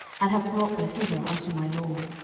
and have brought them hither unto my lord.